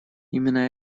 именно